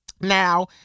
Now